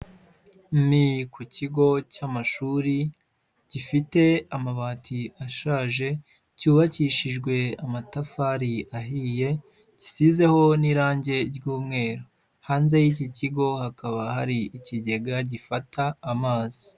Ni ku kigo cy'amashuri gifite amabati ashaje, cyubakishijwe amatafari ahiye, gisizeho n'irangi ry'umweru. Hanze y'iki kigo hakaba hari ikigega gifata amazi.